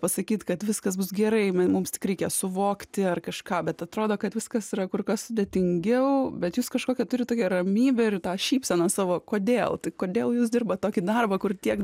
pasakyt kad viskas bus gerai mums tik reikia suvokti ar kažką bet atrodo kad viskas yra kur kas sudėtingiau bet jūs kažkokią turit tokią ramybę ir tą šypseną savo kodėl tai kodėl jūs dirbat tokį darbą kur tiek